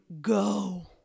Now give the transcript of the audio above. go